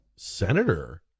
Senator